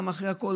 גם אחרי הכול.